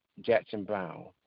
Jackson-Brown